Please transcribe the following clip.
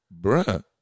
Bruh